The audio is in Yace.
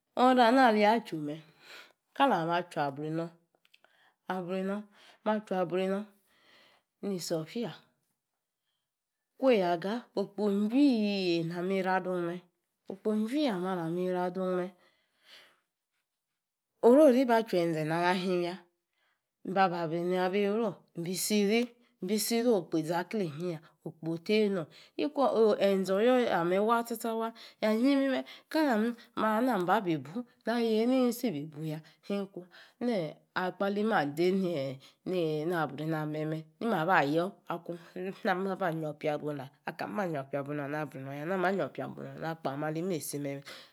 ora'ana aliya chu mee. ami ma chu abrunor abrunor ma chu abrunor ni sofiya, kweyaga. okpo juii nami ra dun mme okpo juii ameh alami radun mme, oro-ri ibua chuwenȝe na ahinya mibu aba a brunor abi ru mbi sirii. mibi sirii akpo iȝakle inyiya okpo tie nom ekwo-enȝe oyoyor ameh waa tsa-tsa waa ayimime kali mahanini mabibu na yei ni nsi bi bu ya nku. nie akpo alade na abrunor mme naa aba yor akun na maba anyii opiabuna. akame anyii opiabuna na abrunor ya naa mba anyii na akpo ameh ali simeh